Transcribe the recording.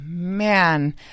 Man